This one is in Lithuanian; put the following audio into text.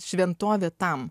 šventovė tam